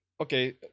okay